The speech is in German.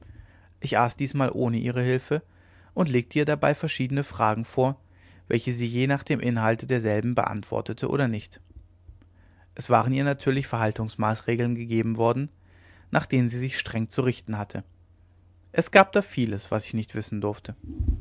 ich aß diesmal ohne ihre hilfe und legte ihr dabei verschiedene fragen vor welche sie je nach dem inhalte derselben beantwortete oder nicht es waren ihr natürlich verhaltungsmaßregeln gegeben worden nach denen sie sich streng zu richten hatte es gab da vieles was ich nicht wissen durfte